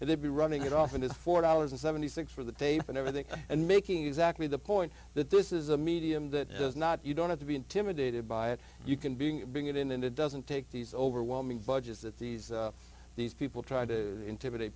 and they'd be running it often is four dollars seventy six cents for the day and everything and making exactly the point that this is a medium that is not you don't have to be intimidated by it you can be bring it in and it doesn't take these overwhelming budgets that these these people try to intimidate